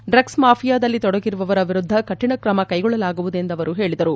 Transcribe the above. drugs ಮಾಫಿಯಾದಲ್ಲಿ ತೊಡಗಿರುವವರ ವಿರುದ್ದ ಕಠಿಣ ಕ್ರಮ ಕೈಗೊಳ್ಳಲಾಗುವುದು ಎಂದು ಅವರು ಹೇಳಿದರು